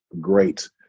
great